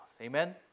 Amen